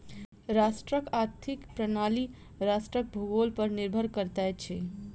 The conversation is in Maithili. राष्ट्रक आर्थिक प्रणाली राष्ट्रक भूगोल पर निर्भर करैत अछि